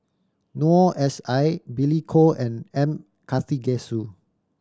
Noor S I Billy Koh and M Karthigesu